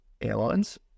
airlines